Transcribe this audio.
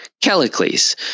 Callicles